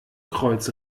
kreuz